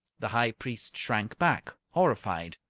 the high priest shrank back, horrified.